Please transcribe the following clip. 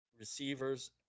Receivers